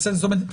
זאת אומרת,